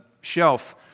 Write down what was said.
shelf